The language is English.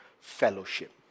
fellowship